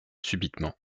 subitement